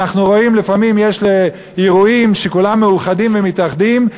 אנחנו רואים לפעמים יש אירועים שכולם מאוחדים ומתאחדים,